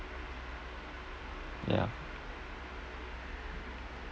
ya